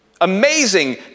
amazing